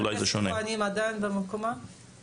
יוליה מלינובסקי (יו"ר ועדת מיזמי תשתית